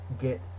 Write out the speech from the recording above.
get